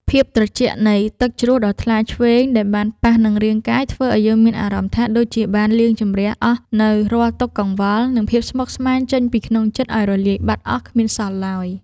ភាពត្រជាក់នៃទឹកជ្រោះដ៏ថ្លាឈ្វេងដែលបានប៉ះនឹងរាងកាយធ្វើឱ្យយើងមានអារម្មណ៍ថាដូចជាបានលាងជម្រះអស់នូវរាល់ទុក្ខកង្វល់ និង ភាពស្មុគស្មាញចេញពីក្នុងចិត្តឱ្យរលាយបាត់អស់គ្មានសល់ឡើយ។